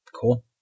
Cool